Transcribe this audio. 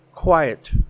quiet